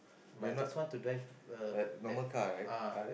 but I just want to drive ah